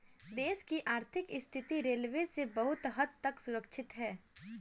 देश की आर्थिक स्थिति रेलवे से बहुत हद तक सुधरती है